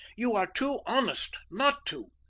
you are too honest not to.